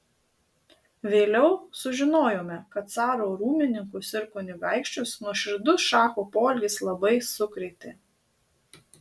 vėliau sužinojome kad caro rūmininkus ir kunigaikščius nuoširdus šacho poelgis labai sukrėtė